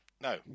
No